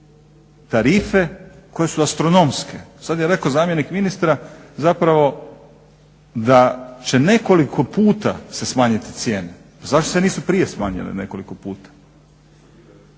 tarife koje su astronomske. Sad je rekao zamjenik ministra zapravo da će nekoliko puta se smanjiti cijena. Pa zašto se nisu prije smanjile nekoliko puta?